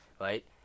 right